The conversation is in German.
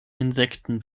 insekten